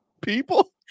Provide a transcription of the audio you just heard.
people